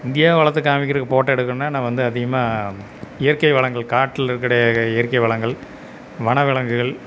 India வளத்தை காண்மிக்கிறக்கு photo எடுக்கணும்னா நான் வந்து அதிகமாக இயற்கை வளங்கள் காட்டில் இருக்க இயற்கை வளங்கள் வனவிலங்குகள்